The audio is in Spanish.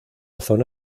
zona